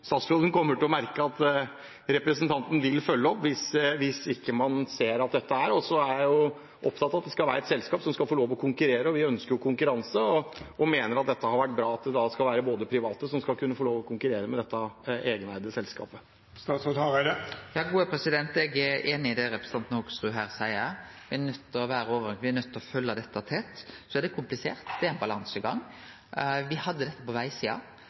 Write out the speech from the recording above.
statsråden kommer til å merke at representanten vil følge opp hvis man ikke ser det. Og så er jeg opptatt av at det skal være et selskap som skal få lov til å konkurrere. Vi ønsker konkurranse og mener det er bra at private skal kunne få lov til å konkurrere med dette egeneide selskapet. Eg er einig i det representanten Hoksrud seier. Me er nøydde til å følgje dette tett. Og så er det komplisert, det er balansegang. Me hadde dette på vegsida, me ser at det har fungert betre og betre der, men det var òg ein overgangsfase, og det er